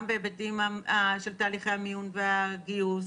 גם בהיבטים של תהליכי המיון והגיוס,